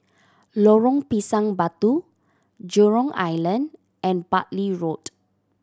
Lorong Pisang Batu Jurong Island and Bartley Road